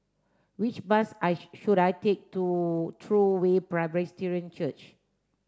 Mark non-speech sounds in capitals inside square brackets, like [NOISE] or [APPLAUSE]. which bus I [UNINTELLIGIBLE] should I take to True Way Presbyterian Church